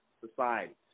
societies